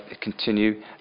continue